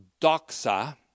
doxa